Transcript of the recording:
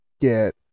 get